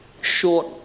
short